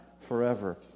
forever